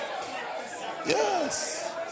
Yes